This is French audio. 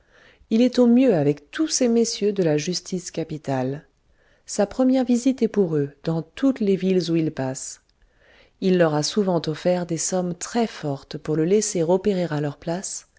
il est au mieux avec tous ces messieurs de la justice capitale sa première visite est pour eux dans toutes les villes où il passe il leur a souvent offert des sommes très fortes pour le laisser opérer à leur place